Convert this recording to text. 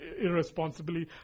irresponsibly